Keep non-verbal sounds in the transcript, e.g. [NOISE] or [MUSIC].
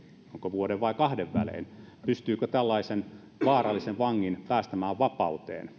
vuoden tai kahden välein pystyykö tällaisen vaarallisen vangin päästämään vapauteen [UNINTELLIGIBLE]